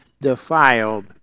defiled